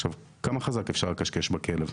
עכשיו, כמה חזק אפשר לכשכש בכלב?